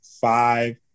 five